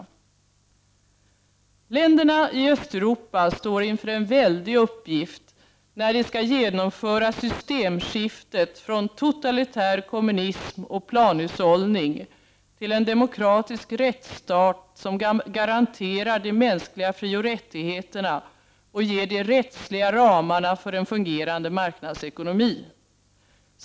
RS Länderna i Östeuropa står inför en väldig uppgift när de skall genomföra systemskiftet från totalitär kommunism och planhushållning till en demokratisk rättsstat som garanterar de mänskliga frioch rättigheterna och ge de rättsliga ramarna för en fungerande marknadsekonomi.